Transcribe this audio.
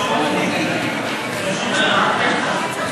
ההצעה